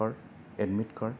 card admit card